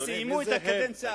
וסיימו את הקדנציה,